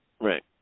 Right